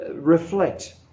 Reflect